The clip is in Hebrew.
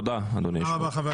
תודה, אדוני היושב-ראש.